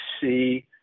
see